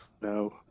No